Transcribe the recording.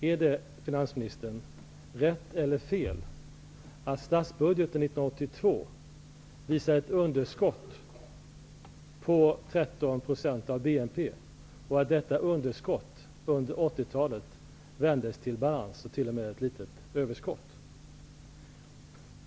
Är det rätt eller fel att statsbudgeten 1982 visade ett underskott på 13 % av BNP och att detta underskott under 80-talet vändes till balans och t.o.m. till ett litet överskott?